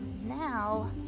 Now